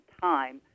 time